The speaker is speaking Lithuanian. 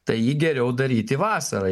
tai jį geriau daryti vasarai